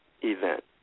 event